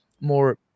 more